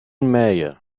meyer